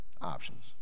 Options